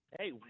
Hey